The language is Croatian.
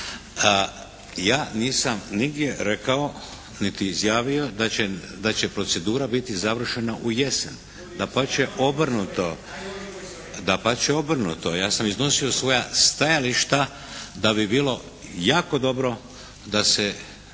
ja nisam nigdje rekao niti izjavio da će procedura biti završena u jesen, dapače obrnuto. Ja sam iznosio svoja stajališta da bi bilo jako dobro da se